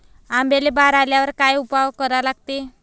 आंब्याले बार आल्यावर काय उपाव करा लागते?